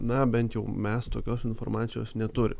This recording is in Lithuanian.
na bent jau mes tokios informacijos neturim